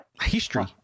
history